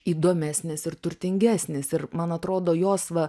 įdomesnis ir turtingesnis ir man atrodo jos va